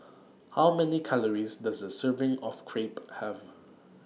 How Many Calories Does A Serving of Crepe Have